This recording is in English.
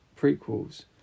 prequels